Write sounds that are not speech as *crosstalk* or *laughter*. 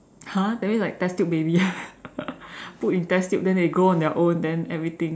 !huh! that means like test tube baby *laughs* put in test tube then they grow on their own then everything